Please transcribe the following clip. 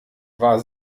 war